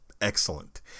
excellent